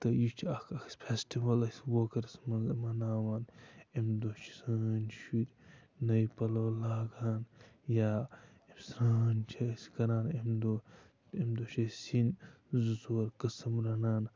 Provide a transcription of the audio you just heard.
تہٕ یہِ چھِ اَکھ فٮ۪سٹِوَل اَسہِ ووکرَس منٛزٕ مَناوان اَمہِ دۄہ چھِ سٲنۍ شُرۍ نٔے پَلو لاگان یا سرٛان چھِ أسۍ کَران اَمہِ دۄہ اَمہِ دۄہ چھِ أسۍ سِنۍ زٕ ژور قٕسٕم رَنان